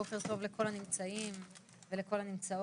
בוקר טוב לכל הנמצאים ולכל הנמצאות,